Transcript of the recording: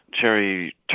cherry